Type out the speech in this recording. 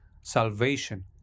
salvation